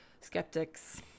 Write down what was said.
skeptics